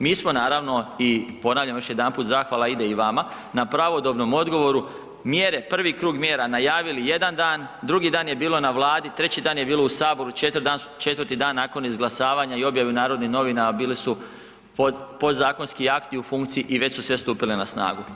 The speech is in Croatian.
Mi smo naravno, i ponavljam još jedanput, zahvala ide i vama na pravodobnom odgovoru, mjere, prvi krug mjera najavili jedan dan, drugi dan je bilo na Vladi, treći dan je bilo u saboru, četvrti dan nakon izglasavanja i objave u Narodnim novinama bili su podzakonski akti u funkciji i već su … [[Govornik se ne razumije]] stupile na snagu.